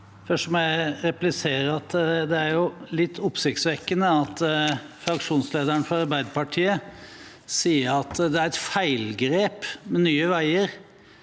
Først må jeg repli- sere at det er litt oppsiktsvekkende at fraksjonslederen for Arbeiderpartiet sier at det er et feilgrep med Nye veier